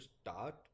start